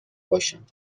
باشم